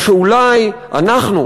או שאולי אנחנו,